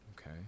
okay